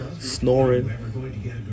Snoring